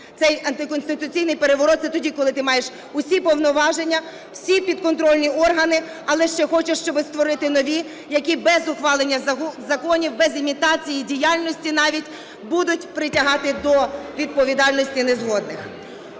Цей антиконституційний переворот – це тоді, коли ти маєш всі повноваження, всі підконтрольні органи, але ще хочеш, щоб створити нові, які без ухвалення законів, без імітації діяльності, навіть, будуть притягати до відповідальності незгодних.